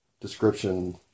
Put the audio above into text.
description